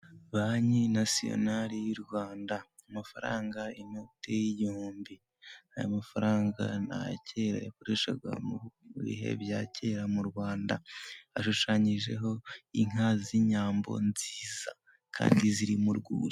Banki nasiyonari y'u Rwanda, amafaranga inote y'igihumbi. Aya mafaranga ni ayakera yakoreshwaga mu bihe bya kera mu Rwanda. Ashushanyijeho inka z'inyambo nziza kandi ziri mu rwuri.